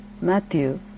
Matthew